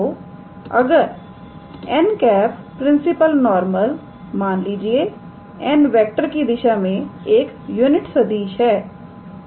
तोअगर 𝑛̂ principal normal मान लीजिए 𝑛⃗⃗ की दिशा में एक यूनिट सदिश है